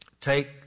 take